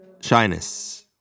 Shyness